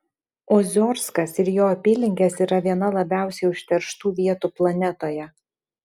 oziorskas ir jo apylinkės yra viena labiausiai užterštų vietų planetoje